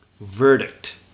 Verdict